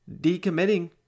decommitting